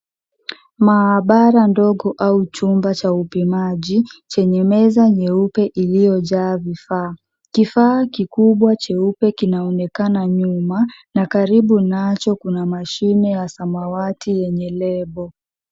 Maabara ndogo au chumba cha upimaji chenye meza nyeupe iliyojaa vifaa. Kifaa kikubwa cheupe kinaonekana nyuma na karibu nacho kuna mashine ya samawati yenye lebo.